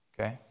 Okay